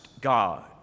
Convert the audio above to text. God